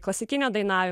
klasikinio dainavimo